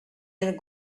and